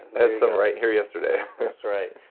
had some right here yesterday that's right.